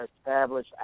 establish